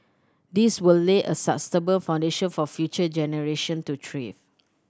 this will lay a sustainable foundation for future generation to thrive